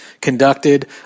conducted